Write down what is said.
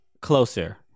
closer